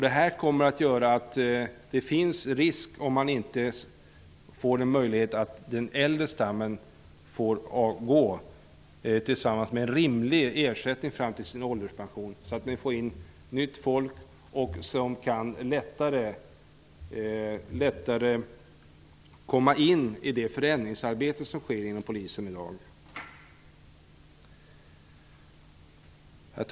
Därför innebär det en risk om inte den äldre stammen får avgå med en rimlig ersättning fram till sin ålderspension, så att vi får in nytt folk som lättare kan komma in i det förändringsarbete som sker inom polisen i dag.